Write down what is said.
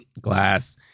Glass